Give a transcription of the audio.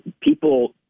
people